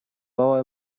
bauer